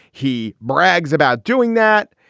he brags about doing that.